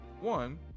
one